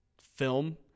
film